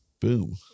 Boom